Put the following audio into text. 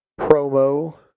promo